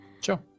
Sure